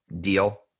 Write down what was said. deal